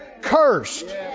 cursed